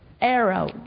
arrow